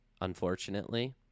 unfortunately